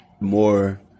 more